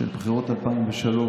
של בחירות 2003,